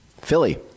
Philly